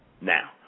Now